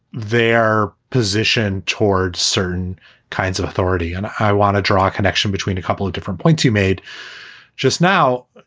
their position towards certain kinds of authority. and i want to draw a connection between a couple of different points you made just now.